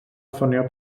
ffonio